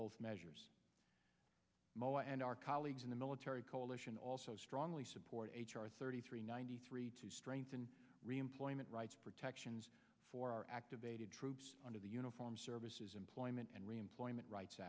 both measures mo and our colleagues in the military coalition also strongly support h r thirty three ninety three to strengthen reemployment rights protections for our activated troops under the uniform services employment and reemployment rights